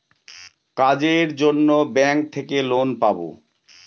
কাজের জন্য ব্যাঙ্ক থেকে লোন পাবো